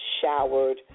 showered